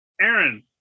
aaron